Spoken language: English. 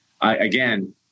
again